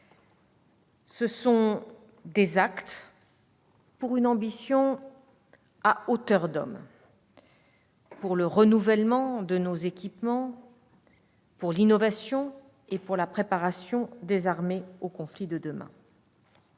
Il s'agit d'actes pour une ambition à « hauteur d'homme », pour le renouvellement de nos équipements, pour l'innovation et pour la préparation des armées aux conflits de demain.